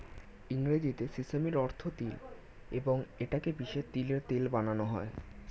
ইংরেজিতে সিসামের অর্থ তিল এবং এটা কে পিষে তিলের তেল বানানো হয়